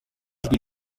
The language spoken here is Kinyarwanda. ijwi